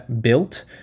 built